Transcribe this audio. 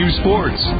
sports